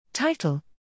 Title